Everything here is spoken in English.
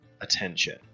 attention